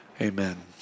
amen